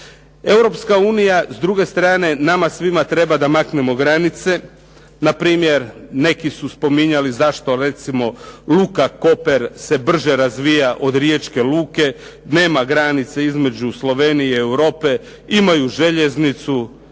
Europska unija s druge strane nama svima treba da maknemo granice. Npr. neki su spominjali zašto recimo luka Koper se brže razvija od riječke luke, nema granice između Slovenije i Europe, imaju željeznicu,